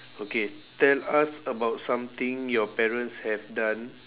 okay tell us about something your parents have done